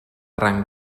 rang